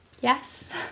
yes